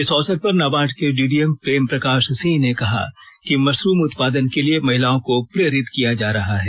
इस अवसर पर नाबार्ड के डीडीएम प्रेम प्रकाश सिंह ने कहा कि मशरूम उत्पादन के लिए महिलाओं को प्रेरित किया जा रहा है